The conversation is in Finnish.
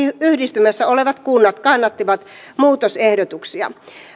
yhdistymässä olevat kunnat kannattivat muutosehdotuksia